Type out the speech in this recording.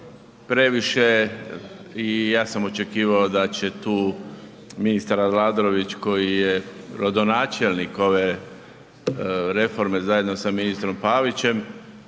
previše“ i ja sam očekivao da će tu ministar Aladrović koji je rodonačelnik ove reforme, zajedno sa ministrom Pavićem